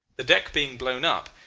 the deck being blown up,